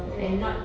mm